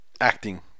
Acting